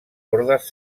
hordes